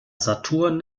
saturn